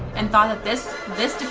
and thought of this